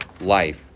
life